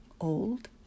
old